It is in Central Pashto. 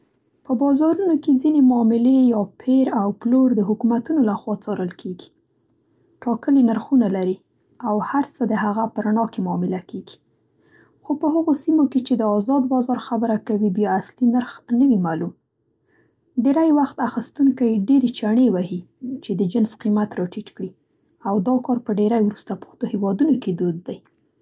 په بازارونو کې ځینې معاملې یا پېر او پلور د حکومتو له خوا څارل کېږي. ټاکلي نرخونه لري او هر څه د هغه په رڼا کې معمله کېږي، خو په هغو سیمو کې چې د آزاد بازار خبره کوي بیا اصلي نرخ نه وي معلوم. ډېری وخت اخستونکی ډېرې چڼې وهي چې د جنس قیمت را ټیټ کړي او دا کار په ډېری وروسته پاتې هېوادونو کې دود دی.